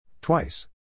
Twice